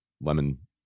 lemon